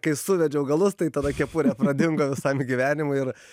kai suvedžiau galus tai tada kepurė pradingo visam gyvenimui ir